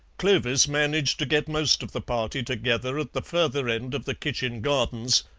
clovis managed to get most of the party together at the further end of the kitchen gardens,